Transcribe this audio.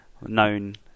known